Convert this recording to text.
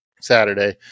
saturday